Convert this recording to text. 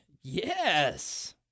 Yes